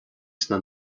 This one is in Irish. sna